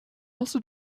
also